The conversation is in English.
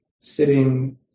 sitting